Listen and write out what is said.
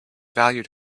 valued